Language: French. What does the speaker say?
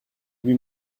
lui